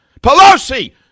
Pelosi